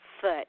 foot